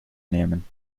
nehmen